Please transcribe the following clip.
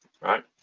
right